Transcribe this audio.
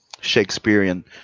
Shakespearean